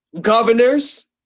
governors